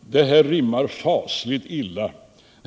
Det här rimmar fasligt illa